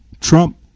Trump